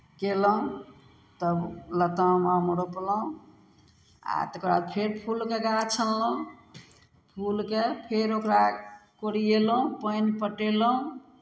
कयलहुँ तब लताम आम रोपलहुँ आ तकर बाद फेर फूलके गाछ अनलहुँ फूलके फेर ओकरा कोरिएलहुँ पानि पटयलहुँ